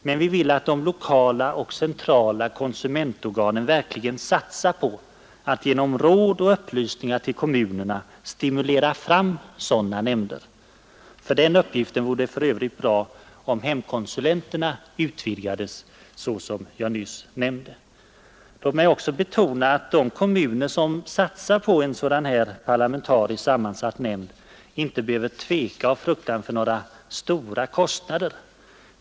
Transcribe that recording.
Men vi vill att de lokala och centrala konsumentorganen verkligen går in för att genom råd och upplysningar till kommunerna stimulera fram sådana nämnder; för den uppgiften vore det för övrigt bra om hemkonsulenterna utökades så som jag nyss nämnde. Låt mig också betona att de kommuner som satsar på en sådan här parlamentariskt sammansatt nämnd inte behöver tveka av fruktan för några stora kostnader.